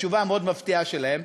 והתשובה המאוד-מפתיעה שלהם,